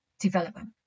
development